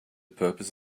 purpose